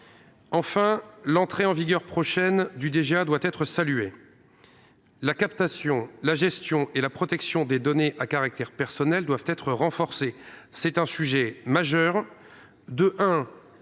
Enfin, l’entrée en vigueur prochaine du (DGA) doit être saluée. La captation, la gestion et la protection des données à caractère personnel doivent être renforcées. C’est un sujet majeur.